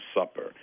supper